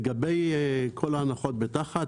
לגבי כל ההנחות בתחבורה ציבורית,